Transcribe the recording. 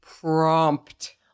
prompt